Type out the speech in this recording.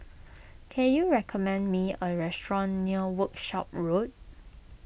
can you recommend me a restaurant near Workshop Road